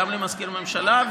גם למזכיר ממשלה,